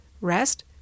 rest